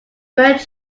bird